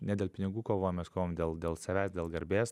ne dėl pinigų kovojam mes kovojam dėl dėl savęs dėl garbės